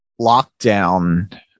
lockdown